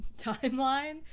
timeline